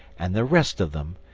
and the rest of them,